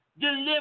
Deliver